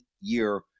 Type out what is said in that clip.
year